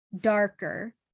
darker